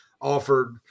offered